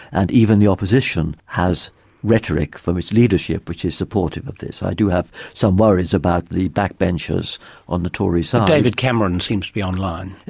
and even the opposition has rhetoric from its leadership which is supportive of this. i do have some worries about the backbenchers on the tory side. but david cameron seems to be on line.